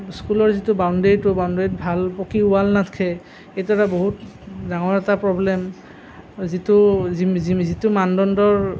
স্কুলৰ যিটো বাউণ্ডেৰীটো বাউণ্ডেৰীত ভাল পকী ওৱাল নাথ্কে এইটো এটা বহুত ডাঙৰ এটা প্ৰব্লেম যিটো মানদণ্ডৰ